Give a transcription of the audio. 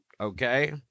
Okay